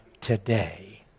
today